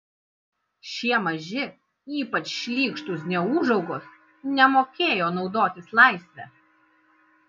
šie maži ypač šlykštūs neūžaugos nemokėjo naudotis laisve